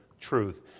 truth